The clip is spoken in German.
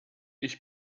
ich